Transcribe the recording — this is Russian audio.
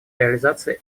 реализации